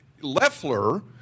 Leffler